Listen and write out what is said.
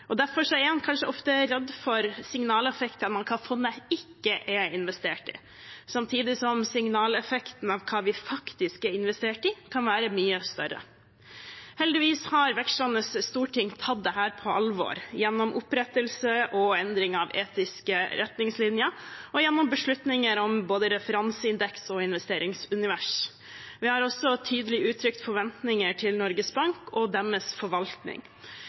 Derfor er man kanskje ofte redd for signaleffekter om hva fondet ikke er investert i, samtidig som signaleffekten av hva det faktisk er investert i, kan være mye større. Heldigvis har vekslende storting tatt dette på alvor gjennom opprettelse og endring av etiske retningslinjer og gjennom beslutninger om både referanseindeks og investeringsunivers. Vi har også tydelig uttrykt forventninger til Norges Bank og deres forvaltning.